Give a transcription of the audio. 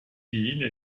ville